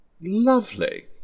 Lovely